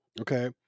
okay